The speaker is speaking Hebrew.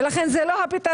אז לכן זה לא הפתרון.